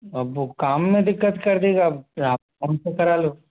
अब वो काम में दिक्कत कर देगा अब आप उनसे करा लो